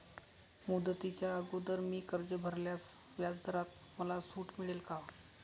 मुदतीच्या अगोदर मी कर्ज भरल्यास व्याजदरात मला सूट मिळेल का?